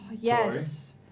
yes